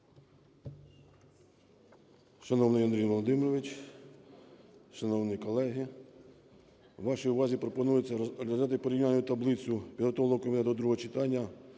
Шановний Андрію Володимировичу, шановні колеги, вашій увазі пропонується розглянути порівняльну таблицю, підготовлену комітетом до другого читання